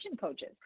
coaches